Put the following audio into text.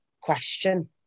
question